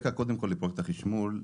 נתחיל ברקע לפרויקט החשמול.